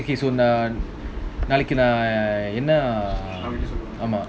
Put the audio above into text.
okay so the thing is so நாளைக்குநான்என்ன:nalaiku nan enna